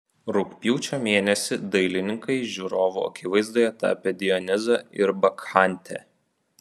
rugpjūčio mėnesį dailininkai žiūrovų akivaizdoje tapė dionizą ir bakchantę